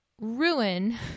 ruin